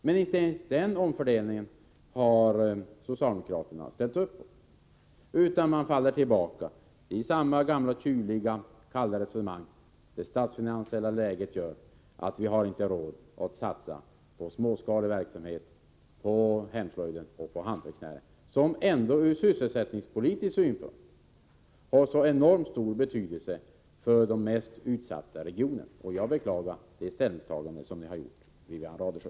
Men inte ens den omfördelningen har socialdemokraterna ställt upp på, utan man faller tillbaka på samma gamla kyliga resonemang: Det statsfinansiella läget gör att vi inte har råd att satsa på småskalig verksamhet — på hemslöjden och hantverksnäringen, som ändå ur sysselsättningspolitisk synpunkt har så enormt stor betydelse för de mest utsatta regionerna. Jag beklagar, Wivi-Anne Radesjö, detta ert ställningstagande.